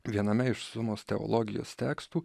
viename iš sumos teologijos tekstų